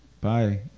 bye